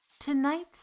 Tonight's